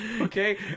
Okay